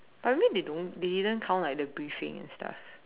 but I mean they don't they didn't count like the briefing and stuff